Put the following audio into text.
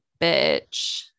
bitch